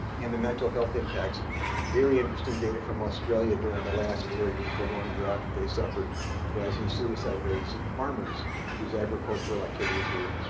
and the mental health impacts. very interesting data from australia during the last, very prolonged drought that they suffered of rising suicide rates in farmers whose agricultural activities were